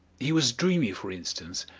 he was dreamy, for instance,